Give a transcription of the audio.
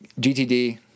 gtd